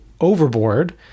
overboard